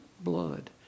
blood